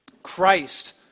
Christ